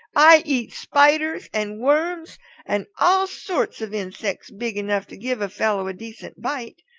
i eat spiders and worms and all sorts of insects big enough to give a fellow a decent bite.